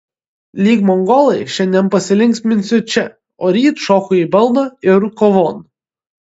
lyg mongolai šiandien pasilinksminsiu čia o ryt šoku į balną ir kovon